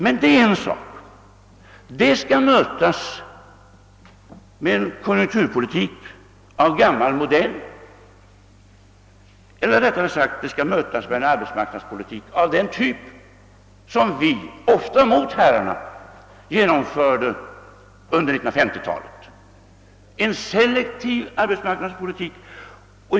Det är emellertid en sak som skall mötas med en konjunkturpolitik av gammal modell — eller rättare sagt med en selektiv arbetsmarknadspolitik av den typ som vi, ofta mot herrarnas vilja, genomförde under 1950-talet.